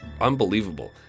unbelievable